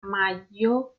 mayo